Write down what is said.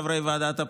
חברי ועדת הפנים,